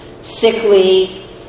sickly